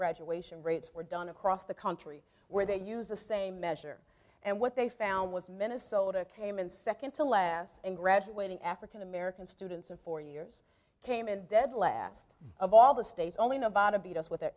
graduation rates were done across the country where they use the same measure and what they found was minnesota came in second to last in graduating african american students of four years came in dead last of all the states only nevada beat us with